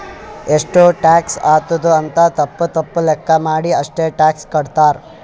ಎಷ್ಟು ಟ್ಯಾಕ್ಸ್ ಆತ್ತುದ್ ಅಂತ್ ತಪ್ಪ ತಪ್ಪ ಲೆಕ್ಕಾ ಮಾಡಿ ಅಷ್ಟೇ ಟ್ಯಾಕ್ಸ್ ಕಟ್ತಾರ್